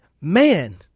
man